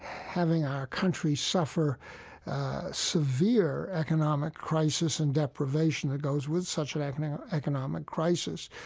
having our country suffer a severe economic crisis and depravation that goes with such an economic economic crisis.